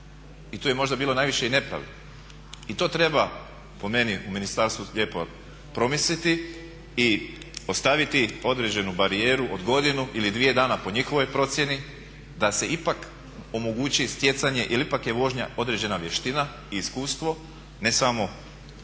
i tu je možda bilo najviše i nepravde. I to treba po meni u ministarstvu lijepo promisliti i ostaviti određenu barijeru od godinu ili dvije dana po njihovoj procjeni da se ipak omogući stjecanje. Jer ipak je vožnja određena vještina i iskustvo ne samo